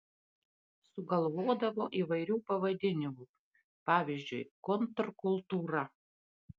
sugalvodavo įvairių pavadinimų pavyzdžiui kontrkultūra